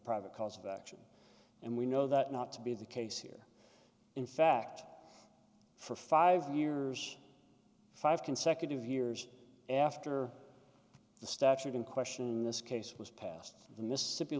private cause of action and we know that not to be the case here in fact for five years five consecutive years after the statute in question this case was passed the mississippi